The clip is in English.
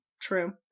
True